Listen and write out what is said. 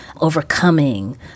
overcoming